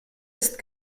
ist